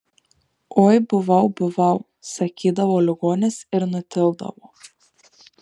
oi buvau buvau sakydavo ligonis ir nutildavo